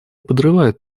подрывают